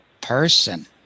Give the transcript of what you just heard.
person